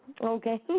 okay